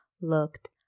looked